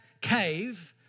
cave